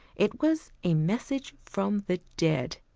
it was a message from the dead.